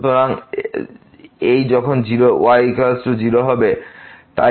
সুতরাং এই যখন y 0 হবে